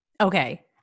Okay